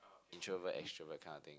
introvert extrovert kind of thing